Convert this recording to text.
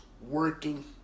working